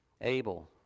Abel